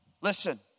Listen